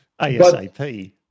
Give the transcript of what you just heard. ASAP